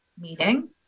meeting